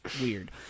weird